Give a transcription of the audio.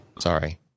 sorry